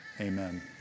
amen